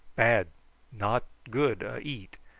bad not good a eat.